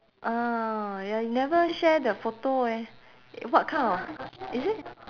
ah ya you never share the photo eh what kind of is it